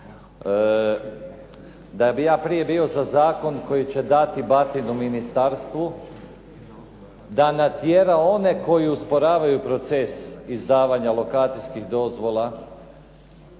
da bi ja prije bio za zakon koji će dati batinu ministarstvu da natjera one koji usporavaju proces izdavanja lokacijskih dozvola